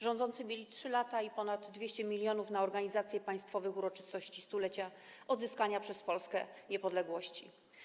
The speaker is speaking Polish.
Rządzący mieli 3 lata i ponad 200 mln na organizację państwowych uroczystości z okazji stulecia odzyskania przez Polskę niepodległości.